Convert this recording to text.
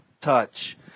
touch